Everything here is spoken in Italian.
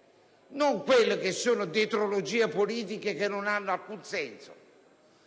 dato tecnico, senza dietrologie politiche che non hanno alcun senso